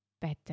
better